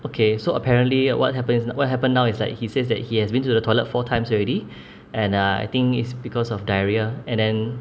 okay so apparently uh what happens what happen now it's like he says that he has been to the toilet four times already and err I think it's because of diarrhoea and then